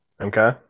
Okay